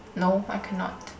no I cannot